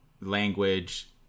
language